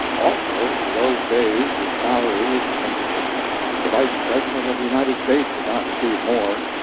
also, for those days his salary was princely the vice-president of the united states did not receive more.